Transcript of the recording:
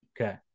Okay